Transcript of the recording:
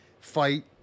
fight